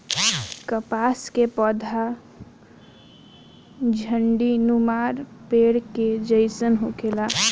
कपास के पौधा झण्डीनुमा पेड़ के जइसन होखेला